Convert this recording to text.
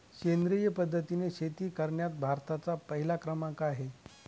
सेंद्रिय पद्धतीने शेती करण्यात भारताचा पहिला क्रमांक आहे